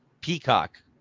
peacock